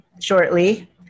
shortly